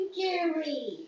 Jerry